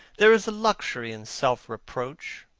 there is a luxury in self-reproach.